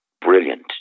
brilliant